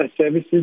services